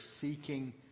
seeking